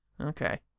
Okay